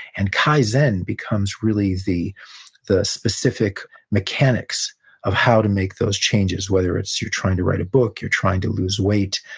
and kaizen becomes really the the specific mechanics of how to make those changes, whether it's, you're trying to write a book, you're trying to lose weight,